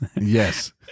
Yes